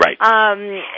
Right